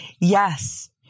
Yes